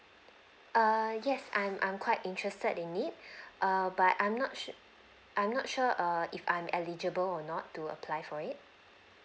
err yes I'm I'm quite interested in it err but I'm not sure I'm not sure err if I'm eligible or not to apply for it